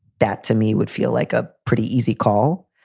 that, to me, would feel like a pretty easy call.